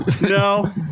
No